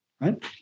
right